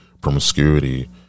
promiscuity